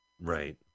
Right